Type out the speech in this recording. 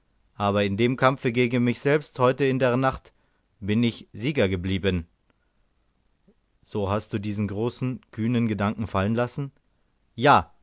aber in dem kampfe gegen mich selbst heut in der nacht bin ich sieger geblieben so hast du diesen großen kühnen gedanken fallen lassen ja